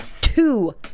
two